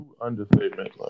understatement